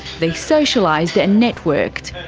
they socialised and networked.